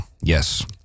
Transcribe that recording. Yes